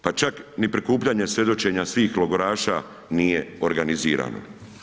Pa čak, ni prikupljanje svjedočenja svih logoraša, nije organizirano.